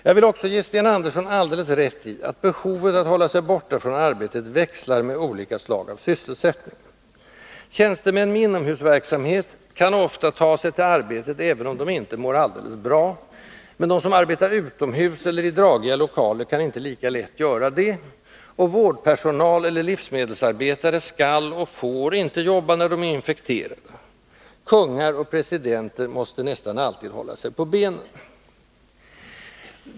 Jag vill också ge Sten Andersson alldeles rätt i att behovet av att hålla sig borta från arbetet växlar med olika slag av sysselsättning. Tjänstemän med inomhusverksamhet kan ofta ta sig till arbetet även om de inte mår alldeles bra, men de som arbetar utomhus eller i dragiga lokaler kan inte lika lätt göra det, och vårdpersonal eller livsmedelsarbetare skall och får inte jobba när de är infekterade. Kungar och presidenter måste nästan alltid hålla sig på benen.